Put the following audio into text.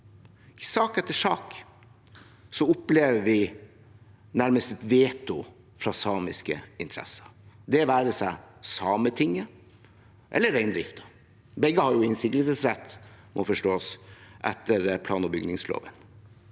i sak etter sak – opplever nærmest veto fra samiske interesser, det være seg Sametinget eller reindriften. Begge har innsigelsesrett, må man jo forstå, etter plan- og bygningsloven.